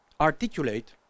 articulate